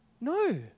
no